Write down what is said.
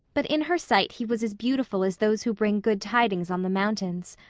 but in her sight he was as beautiful as those who bring good tidings on the mountains.